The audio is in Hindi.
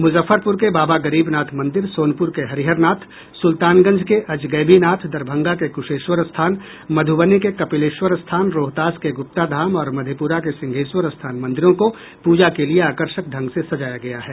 मुजफ्फरपुर के बाबा गरीबनाथ मंदिर सोनपुर के हरिहरनाथ सुल्तानगंज के अजगैबीनाथ दरभंगा के कुशेश्वर स्थान मधुबनी के कपिलेश्वर स्थान रोहतास के गुप्ताधाम और मधेपुरा के सिंहेश्वर स्थान मंदिरों को पूजा के लिए आकर्षक ढंग से सजाया गया है